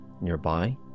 nearby